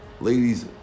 Ladies